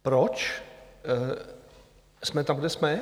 Proč jsme tam, kde jsme?